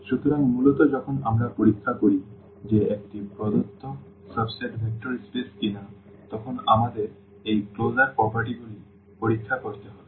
সুতরাং মূলত যখন আমরা পরীক্ষা করি যে একটি প্রদত্ত সাবসেট ভেক্টর স্পেস কিনা তখন আমাদের এই ক্লোজার বৈশিষ্ট্যগুলি পরীক্ষা করতে হবে